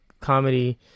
comedy